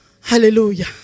Hallelujah